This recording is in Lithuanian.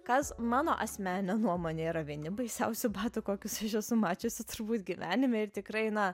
kas mano asmenine nuomone yra vieni baisiausių batų kokius aš esu mačiusi turbūt gyvenime ir tikrai na